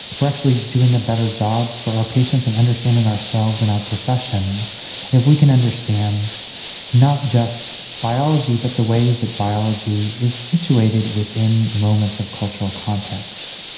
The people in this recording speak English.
are actually doing a better job for our patients and understanding ourselves and our profession if we can understand not just biology but the ways that biology is situated within moments of cultural context.